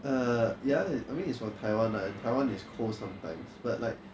uh ya I mean it's from taiwan ah and taiwan is cold sometimes but like